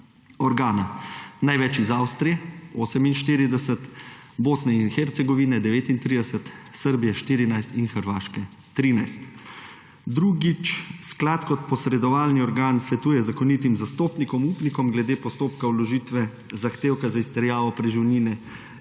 organa; največ iz Avstrije 48, Bosne in Hercegovine 39, Srbije 14 in Hrvaške 13. Drugič. Sklad kot posredovalni organ svetuje zakonitim zastopnikom, upnikom glede postopka vložitve zahtevka za izterjavo preživnine